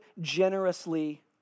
generously